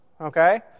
okay